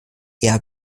eher